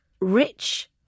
rich